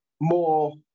more